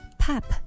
pop